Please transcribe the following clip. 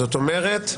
זאת אומרת,